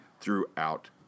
throughout